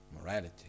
morality